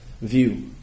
view